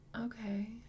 Okay